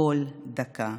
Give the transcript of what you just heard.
כל דקה,